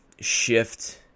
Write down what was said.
shift